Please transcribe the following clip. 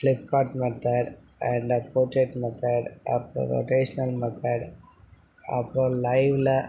Flipkart method and போர்ரேட் method அப்புறம் rational method அப்புறம் லைவ்வில்